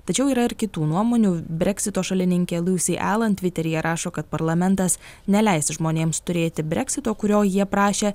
tačiau yra ir kitų nuomonių breksito šalininkė lusi elan tviteryje rašo kad parlamentas neleis žmonėms turėti breksito kurio jie prašė